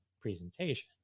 presentation